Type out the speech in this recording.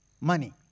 money